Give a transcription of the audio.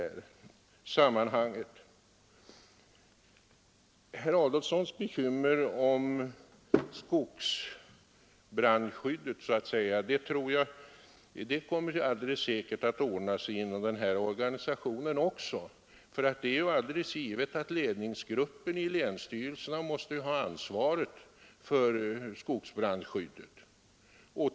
Herr Adolfsson har bekymmer för skogsbrandskyddet, men det kommer alldeles säkert att ordnas inom den här organisationen också. Det är givet att ledningsgrupperna i länsstyrelserna måste”ha det regionala ansvaret för skogsbrandskyddet.